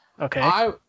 Okay